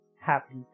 happy